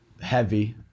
Heavy